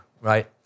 right